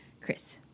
Chris